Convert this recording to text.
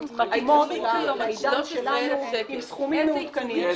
בלי סמכויות פיקוח ואכיפה מתאימות לעידן שלנו עם סכומים מעודכנים.